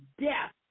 death